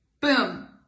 boom